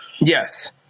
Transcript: Yes